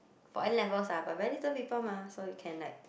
for N-levels lah but very little people mah so you can like